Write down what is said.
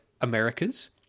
Americas